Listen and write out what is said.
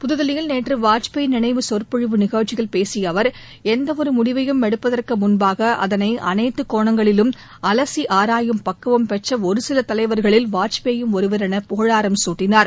புதுதில்லியில் நேற்று வாஜ்பேயி நினைவு சொற்பொழிவு நிகழ்ச்சியில் பேசிய அவர் எந்த ஒரு முடிவையும் எடுப்பதற்கு முன்பாக அதனை அனைத்து கோணங்களிலும் அலசி ஆராயும் பக்குவம் பெற்ற ஒருசில தலைவர்களில் வாஜ்பேயும் ஒருவர் என புகழாரம் சூட்டினார்